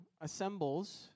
assembles